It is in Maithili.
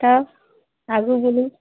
तब आगू बोलू